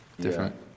Different